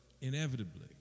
inevitably